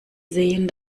sehen